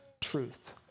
truth